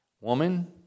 Woman